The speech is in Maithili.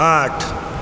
आठ